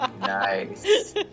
Nice